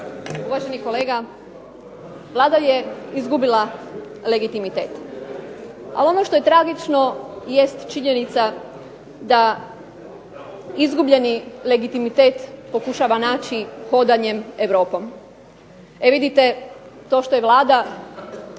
Uvaženi kolega, Vlada je izgubila legitimitet. Ali ono što je tragično jest činjenica da izgubljeni legitimitet pokušava naći hodanjem Europom. E vidite to što je Vlada